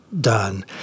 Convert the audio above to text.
done